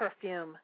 perfume